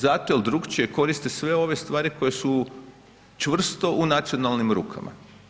Zato jer drukčije koriste sve ove stvari koje su čvrsto u nacionalnim rukama.